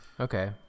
Okay